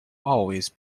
always